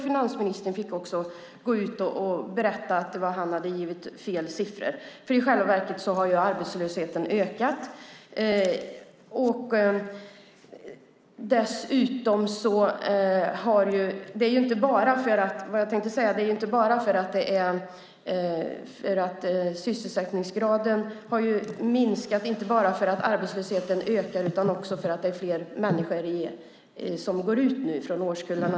Finansministern fick också berätta att han givit fel siffror. I själva verket har arbetslösheten ökat. Sysselsättningsgraden har minskat inte bara för att arbetslösheten ökar utan också för att det är fler människor i de årskullar som går ut.